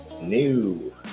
New